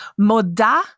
moda